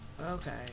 Okay